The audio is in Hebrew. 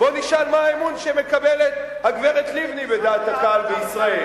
בוא נשאל מה האמון שמקבלת הגברת לבני בדעת הקהל בישראל.